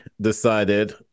decided